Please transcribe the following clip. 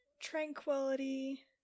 tranquility